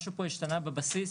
משהו פה השתנה בבסיס.